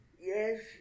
Yes